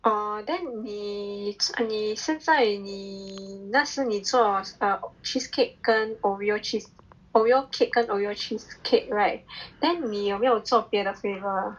oh then 你你现在你那时你做 err cheesecake 跟 oreo cheese oreo cake 跟 oreo cheese cake right then 你有没有做别的 flavour ah